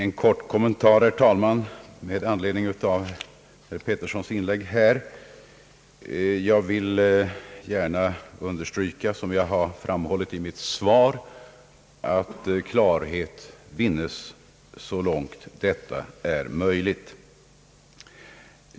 Herr talman! En kort kommentar med anledning av herr Peterssons inlägg. Jag vill gärna understryka vad jag har framhållit i mitt svar, nämligen att klarhet bör vinnas så långt detta är möjligt.